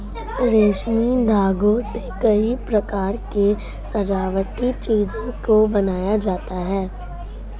रेशमी धागों से कई प्रकार के सजावटी चीजों को बनाया जाता है